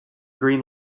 green